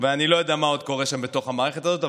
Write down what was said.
ואני לא יודע מה עוד קורה שם בתוך המערכת הזאת,